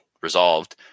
resolved